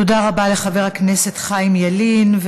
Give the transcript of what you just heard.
תודה רבה לחבר הכנסת חיים ילין.